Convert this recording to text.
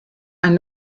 ein